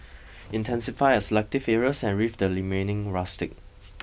intensify at selective areas and leave the remaining rustic